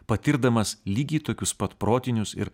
patirdamas lygiai tokius pat protinius ir